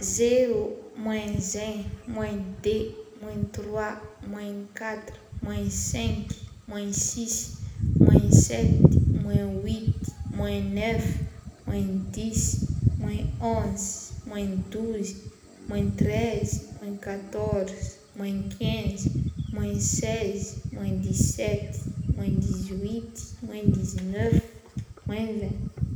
Zero, moins un, moins deux, moins trois, moins quatre, moins cinq, moins six, moins sept, moins huit, moins neuf, moins dix, moins onze, moins douze, moins treize, moins quatorze, moins quinze, moins seize, moins dix sept, moins dix huit, moins dix neuf, moins vingt.